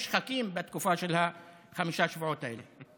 שחקים בתקופה של חמשת השבועות האלה.